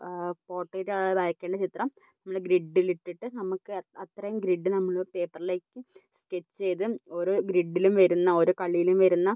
പോർട്രൈറ്റാണ് അത് അയക്കേണ്ട ചിത്രം നമ്മൾ ഗ്രിഡിലിട്ടിട്ട് നമ്മൾക്ക് അത്രയും ഗ്രിഡ് നമ്മൾ പേപ്പറിലേക്ക് സ്കെച്ച് ചെയ്ത് ഓരോ ഗ്രിഡിലും വരുന്ന ഓരോ കള്ളിയിലും വരുന്ന